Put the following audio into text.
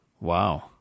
Wow